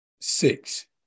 Six